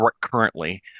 currently